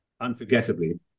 unforgettably